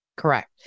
Correct